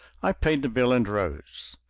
i paid the bill and rose.